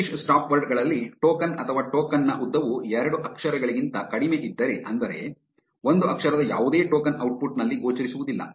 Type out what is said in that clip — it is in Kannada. ಇಂಗ್ಲಿಷ್ ಸ್ಟಾಪ್ವರ್ಡ್ ಗಳಲ್ಲಿ ಟೋಕನ್ ಅಥವಾ ಟೋಕನ್ ನ ಉದ್ದವು ಎರಡು ಅಕ್ಷರಗಳಿಗಿಂತ ಕಡಿಮೆಯಿದ್ದರೆ ಅಂದರೆ ಒಂದು ಅಕ್ಷರದ ಯಾವುದೇ ಟೋಕನ್ ಔಟ್ಪುಟ್ ನಲ್ಲಿ ಗೋಚರಿಸುವುದಿಲ್ಲ